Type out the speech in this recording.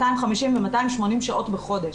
250 ו-280 שעות בחודש,